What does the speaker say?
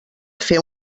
fer